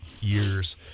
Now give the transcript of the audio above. years